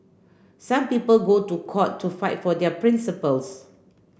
some people go to court to fight for their principles